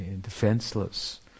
defenseless